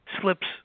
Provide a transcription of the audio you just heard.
slips